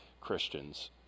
Christians